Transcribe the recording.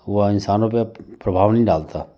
हुआ इंसानों पे प्रभाव नहीं डलता